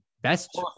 best